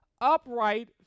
upright